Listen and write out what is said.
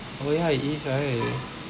oh ya it is right